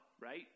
right